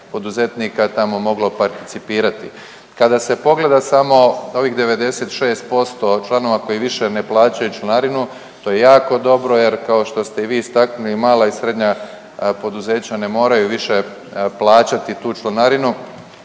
poduzetnika tamo moglo participirati. Kada se pogleda samo ovih 96% članova koji više ne plaćaju članarinu to je jako dobro jer kao što ste i vi istaknuli mala i srednja poduzeća ne moraju više plaćati tu članarinu